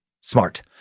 Smart